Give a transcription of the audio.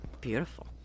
Beautiful